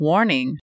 Warning